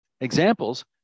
examples